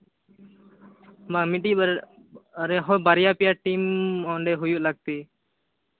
ᱢᱟ ᱢᱤᱫᱴᱤᱡ ᱵᱟᱨᱭᱟ ᱵᱟᱨᱭᱟ ᱯᱮᱭᱟ ᱴᱤᱢ ᱦᱚᱸ ᱚᱸᱰᱮ ᱦᱩᱭᱩᱜ ᱞᱟᱹᱠᱛᱤ